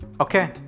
Okay